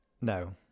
no